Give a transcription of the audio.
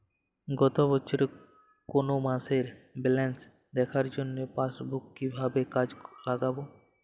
গত বছরের কোনো মাসের ব্যালেন্স দেখার জন্য পাসবুক কীভাবে কাজে লাগাব?